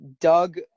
Doug